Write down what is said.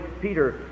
Peter